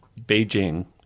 Beijing